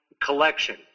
collection